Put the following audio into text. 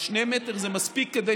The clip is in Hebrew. אז שני מטר זה מספיק כדי